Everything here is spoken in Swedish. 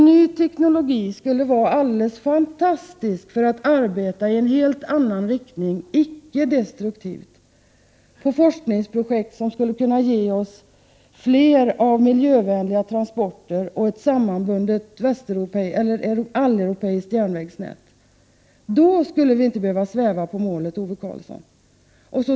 Ny teknik skulle vara något alldeles fantastiskt för att arbeta i en helt annan, icke destruktiv, riktning — för forskningsprojekt som skulle kunna ge oss fler miljövänliga transporter och ett sammanbundet alleuropeiskt järnvägsnät. Då skulle vi inte behöva sväva på målet, Ove Karlsson.